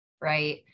right